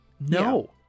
No